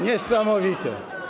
Niesamowite.